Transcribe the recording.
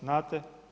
Znate?